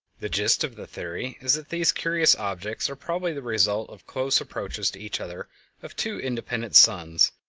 the gist of the theory is that these curious objects are probably the result of close approaches to each other of two independent suns,